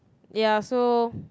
ya so